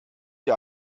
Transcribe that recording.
der